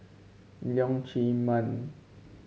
Leong Chee Mun